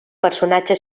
personatge